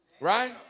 Right